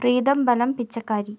Pritam Balam pichkari